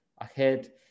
ahead